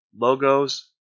logos